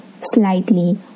slightly